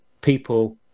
people